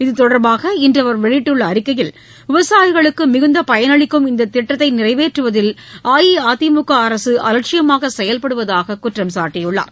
இதுதொடர்பாக இன்றுஅவர் வெளியிட்டுள்ளஅறிக்கையில் விவசாயிகளுக்குமிகுந்தபயனளிக்கும் இந்ததிட்டத்தைநிறைவேற்றுவதில் அஇஅதிமுகஅரசுஅலட்சியமாகசெயல்படுவதாககுற்றம் சாட்டியுள்ளார்